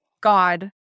God